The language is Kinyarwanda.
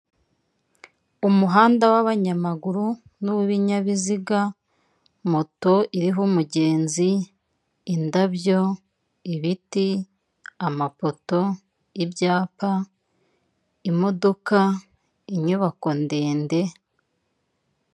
Umuhanda w'abanyamaguru n'uw'ibinyabiziga, moto iriho umugenzi, indabyo, ibiti, amapoto, ibyapa, imodoka, inyubako ndende.